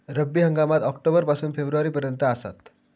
रब्बी हंगाम ऑक्टोबर पासून ते फेब्रुवारी पर्यंत आसात